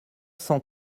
cent